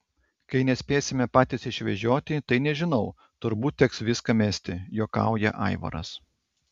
kai nespėsime patys išvežioti tai nežinau turbūt teks viską mesti juokauja aivaras